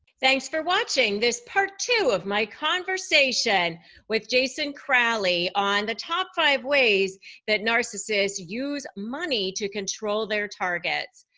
thanks for watching this part two of my conversation with jason crowley on the top five ways that narcissists use money to control their targets.